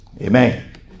Amen